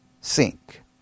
sink